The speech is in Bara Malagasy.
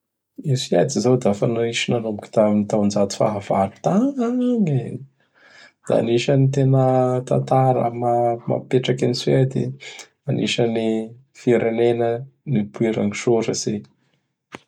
I Suède zao da fa na nisy nanomboky tam taonjato fahavalo tagny e! Agnisan'ny tatara tena mapipetraky an'i Suèdy, anisan'ny firenena nipoiran'gn soratsy i.